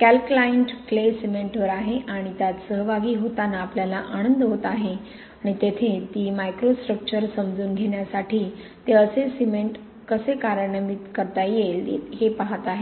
calcined clay सिमेंटवर आहे आणि त्यात सहभागी होताना आपल्याला आनंद होत आहे आणि तेथे ती मायक्रोस्ट्रक्चर समजून घेण्यापासून ते असे सिमेंट कसे कार्यान्वित करता येईल हे पाहत आहे